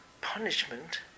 punishment